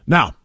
Now